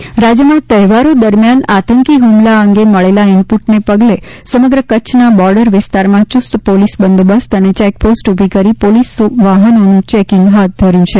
alert રાજ્યમાં તહેવારો દરમ્યાન આતંકી હુમલા અંગે મળેલા ઇનપુટને પગલે સમગ્ર કચ્છના બોર્ડર વિસ્તારમાં ચુસ્ત પોલીસ બંદોબસ્ત અને ચેકપોસ્ટ ઉભી કરી પોલીસે વાહનોનું ચેકીંગ હાથ ધર્યું છે